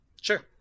Sure